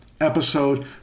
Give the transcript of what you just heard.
episode